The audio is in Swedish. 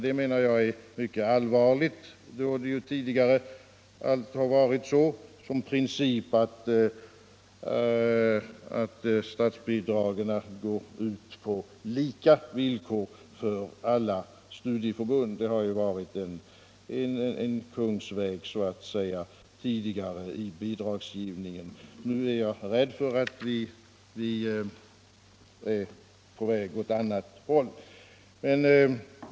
Jag menar att det är mycket allvarligt, då det tidigare alltid har varit en princip att statsbidragen utgår på lika villkor till alla studieförbund. Detta har tidigare varit en kungsväg i bidragsgivningen. Jag är rädd för att vi nu är på väg åt annat håll.